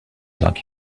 like